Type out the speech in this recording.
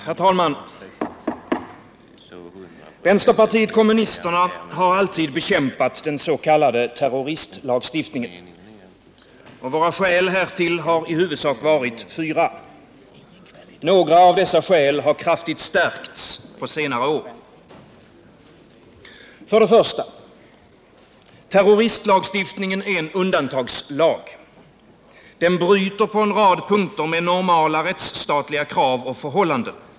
Herr talman! Vänsterpartiet kommunisterna har alltid bekämpat den s.k. terroristlagstiftningen. Våra skäl härtill har i huvudsak varit fyra. Några av dessa skäl har kraftigt stärkts på senaste år. För det första. Terroristlagstiftningen är en undantagslag. Den bryter på en rad punkter mot normala rättsstatliga krav och förhållanden.